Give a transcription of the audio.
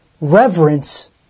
reverence